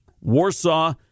Warsaw